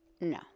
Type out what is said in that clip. No